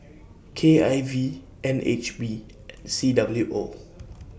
K I V N H B C W O